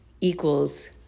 equals